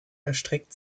erstreckt